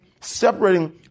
separating